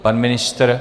Pan ministr?